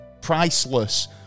priceless